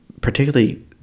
particularly